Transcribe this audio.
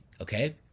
okay